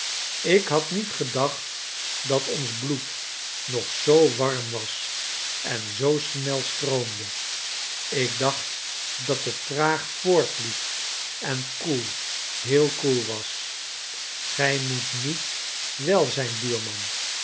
ik had niet gedacht dat ons bloed nog zoo warm was en zoo snel stroomde ik dacht dat het traag voortliep en koel heel koel was gij moet niet wel zijn buurman